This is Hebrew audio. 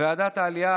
ועדת העלייה,